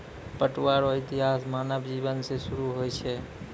पटुआ रो इतिहास मानव जिवन से सुरु होय छ